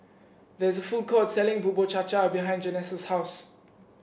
there is a food court selling Bubur Cha Cha behind Janessa's house